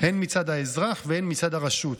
הן מצד האזרח והן מצד הרשות,